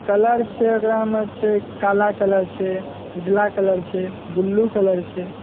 colour छै ओकरामे छै काला कलर छै उजला कलर छै ब्लू कलर छै